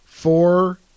Four